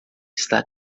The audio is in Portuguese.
está